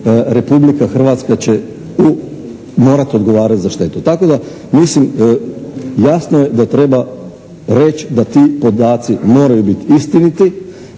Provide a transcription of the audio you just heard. Republika Hrvatska će tu morati odgovarati za štetu. Tako da mislim, jasno je da treba reći da ti podaci moraju biti istiniti.